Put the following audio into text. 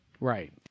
Right